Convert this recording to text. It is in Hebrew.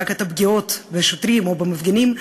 רק את הפגיעות בשוטרים או במפגינים,